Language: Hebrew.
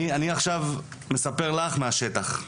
עכשיו אני מספר לך מהשטח.